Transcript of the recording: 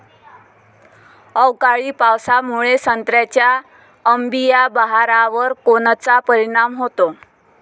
अवकाळी पावसामुळे संत्र्याच्या अंबीया बहारावर कोनचा परिणाम होतो?